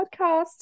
podcast